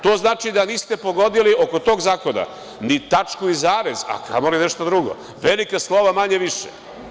To znači da niste pogodili oko tog zakona ni tačku i zarez, a kamo li nešto drugo, velika slova manje-više.